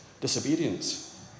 disobedience